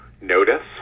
notice